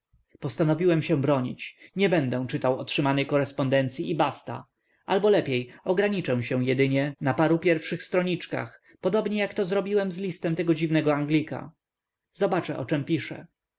postanowiłem się bronić nie będę czytał otrzymanej korespondencyi i basta albo lepiej ograniczę się jedynie na paru pierwszych stronniczkach podobnie jak to zrobiłem z listem tego dziwnego anglika zobaczę o czem pisze